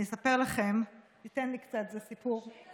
אני אספר לכם, תן לי קצת, זה סיפור,